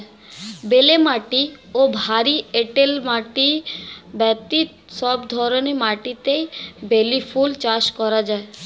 বেলে মাটি ও ভারী এঁটেল মাটি ব্যতীত সব ধরনের মাটিতেই বেলি ফুল চাষ করা যায়